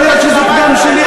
יכול להיות שזה פגם שלי,